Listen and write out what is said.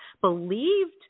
believed